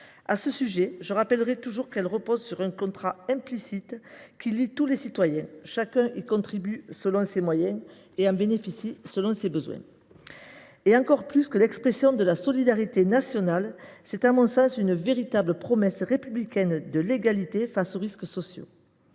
À ce propos, je rappellerai toujours qu’elle repose sur un contrat implicite qui lie tous les citoyens :« Chacun y contribue selon ses moyens et en bénéficie selon ses besoins ». Encore plus que l’expression de la solidarité nationale, ce contrat est à mon sens une véritable promesse républicaine de l’égalité face aux risques sociaux.